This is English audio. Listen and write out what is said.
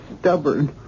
stubborn